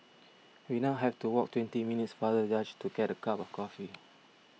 we now have to walk twenty minutes farther just to get a cup of coffee